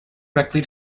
directly